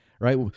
right